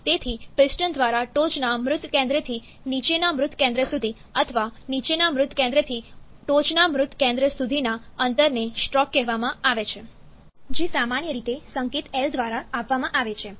તેથી પિસ્ટન દ્વારા ટોચના મૃત કેન્દ્રથી નીચેના મૃત કેન્દ્ર સુધી અથવા નીચેના મૃત કેન્દ્રથી ટોચના મૃત કેન્દ્ર સુધીના અંતરને સ્ટ્રોક કહેવામાં આવે છે જે સામાન્ય રીતે સંકેત L દ્વારા આપવામાં આવે છે